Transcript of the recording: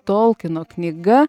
tolkino knyga